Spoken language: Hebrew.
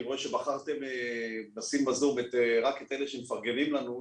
אני רואה שבחרתם לשים בזום רק את אלה שמפרגנים לנו,